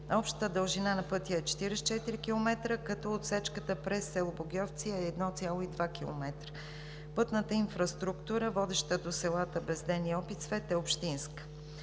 Общата дължина на пътя е 44 км, като отсечката през село Богьовци е 1,2 км. Пътната инфраструктура, водеща до селата Безден и Опицвет, е общинска.